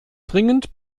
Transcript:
dringend